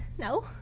No